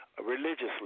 Religiously